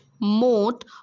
mode